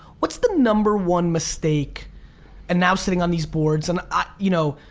what's the number one mistake and now sitting on these boards and ah you know,